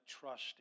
trust